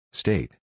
state